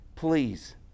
Please